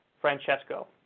Francesco